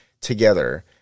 together